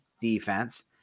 defense